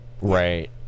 Right